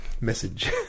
Message